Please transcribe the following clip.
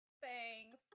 Thanks